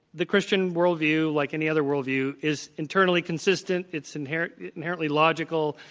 the christian worldview like any other worldview is internally consistent. it's inherently inherently logical.